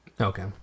Okay